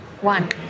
one